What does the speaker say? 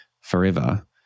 forever